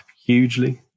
hugely